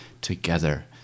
together